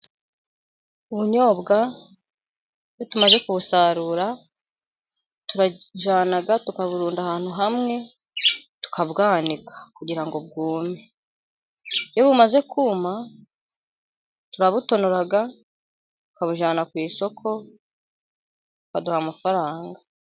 Ubunyobwa iyo tumaze kubusarura, turajyana tukaburunda ahantu hamwe, tukabwanika kugira ngo bwume. Iyo bumaze kuma turabutonora, tukabujyana ku isoko, bakaduha amafaranga.